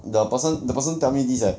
the person the person tell me this leh